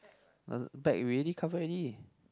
uh back we already cover already